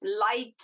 light